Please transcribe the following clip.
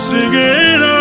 Singing